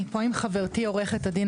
אני פה עם חברתי עורכת הדין,